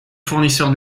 fournisseur